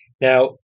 Now